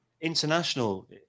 international